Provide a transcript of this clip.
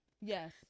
yes